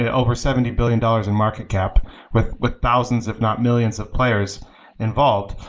yeah over seventy billion dollars in market cap with with thousands, if not millions of players involved.